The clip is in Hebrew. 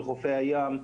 בחופי הים.